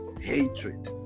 Hatred